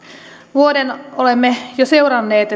vuoden olemme jo seuranneet